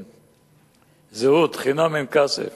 תעודת זהות חינם אין כסף